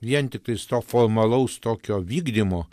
vien tiktais to formalaus tokio vykdymo